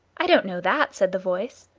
i don't know that, said the voice.